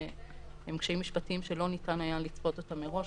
שהם קשיים משפטיים שלא ניתן היה לצפות אותם מראש,